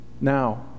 now